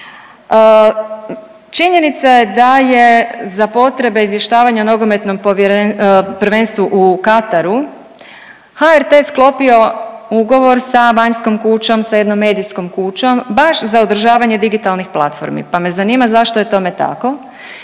Činjenica je da je za potrebe izvještavanja nogometnog .../nerazumljivo/... prvenstva u Kataru, HRT sklopio ugovor sa vanjskom kućom, sa jednom medijskom kućom baš za održavanje digitalnih platformi pa me zanima zašto je tome tako